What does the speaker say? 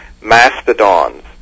mastodons